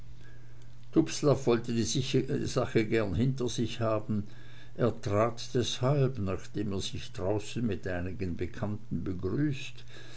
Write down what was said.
wollte die sache gern hinter sich haben er trat deshalb nachdem er sich draußen mit einigen bekannten begrüßt